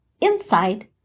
inside